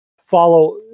follow